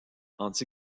anti